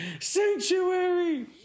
sanctuary